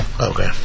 okay